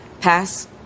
pass